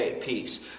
peace